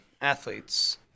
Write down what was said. Athletes